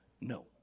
No